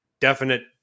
definite